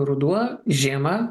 ruduo žiema